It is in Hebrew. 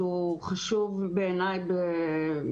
שהוא חשוב בעיניי מאוד.